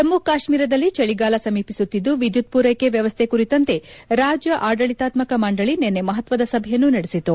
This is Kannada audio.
ಜಮ್ಮು ಕಾಶ್ಟೀರದಲ್ಲಿ ಚಳಿಗಾಲ ಸಮೀಪಿಸುತ್ತಿದ್ದು ವಿದ್ಯುತ್ ಪೂರ್ವೆಕೆ ವ್ಯವಸ್ಥೆ ಕುರಿತಂತೆ ರಾಜ್ಯ ಆದಳಿತಾತ್ಮಕ ಮಂಡಳಿ ನಿನ್ನೆ ಮಹತ್ಸದ ಸಭೆಯನ್ನು ನಡೆಸಿತು